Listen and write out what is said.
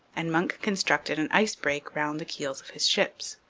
and munck constructed an ice-break round the keels of his ships.